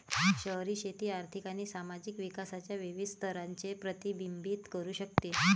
शहरी शेती आर्थिक आणि सामाजिक विकासाच्या विविध स्तरांचे प्रतिबिंबित करू शकते